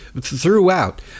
throughout